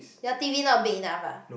your T_V not big enough ah